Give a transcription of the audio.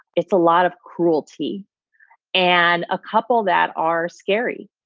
it's a lot of cruelty and a couple that are scary.